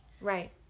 Right